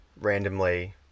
randomly